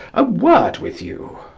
a word with you.